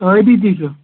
ٲبی تہِ چُھ